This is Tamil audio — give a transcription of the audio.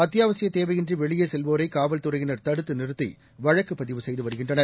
அத்தியாவசியத்தேவையின்றி வெளியே செல்வோரைக்காவல்துறையினர்தடுத்துநிறுத்தி வழக்குப்பதிவுசெய்து வருகின்றனர்